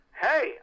hey